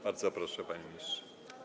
Bardzo proszę, panie ministrze.